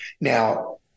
now